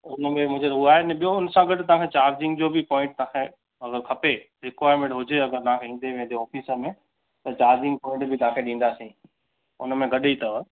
उनमें मुंहिंजे उहो आहे ने ॿियो उन सां गॾु चार्जींग जो बि पॉईंट तव्हांखे अगरि खपे रिक्वाएरमेंट हुजे अगरि तव्हांखे ईंदे वेंदे ऑफ़िस में त चार्जींग पॉईंट बि तव्हांखे ॾींदासीं उनमें गॾु ई अथव